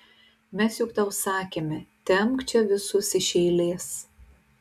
mes juk tau sakėme tempk čia visus iš eilės